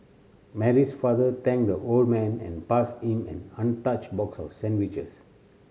Mary's father thanked the old man and passed him an untouched box of sandwiches